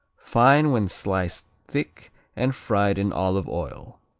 fine when sliced thick and fried in olive oil.